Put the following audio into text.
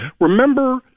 Remember